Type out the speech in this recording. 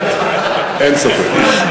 אין ספק.